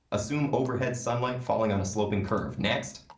assume overhead sunlight falling on a sloping curve. next!